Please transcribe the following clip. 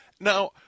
Now